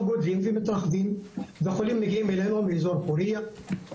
גדלים ומתרחבים והחולים מגיעים אלינו מאזור פורייה,